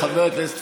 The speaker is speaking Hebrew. חבר הכנסת פורר,